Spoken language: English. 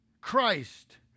Christ